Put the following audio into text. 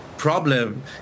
problem